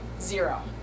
zero